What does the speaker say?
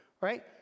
Right